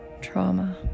trauma